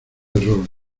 error